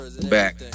back